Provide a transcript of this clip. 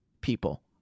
people